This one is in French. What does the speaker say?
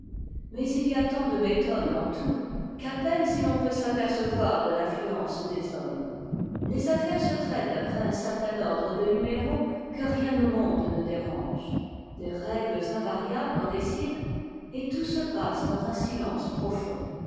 mais il y a tant de méthode en tout qu'à peine si l'on peut s'apercevoir de l'influence des hommes les affaires se traitent d'après un certain ordre de numéros que rien au monde ne dérange des règles invariables en décident et tout se passe dansunsitence profond